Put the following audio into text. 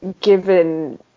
given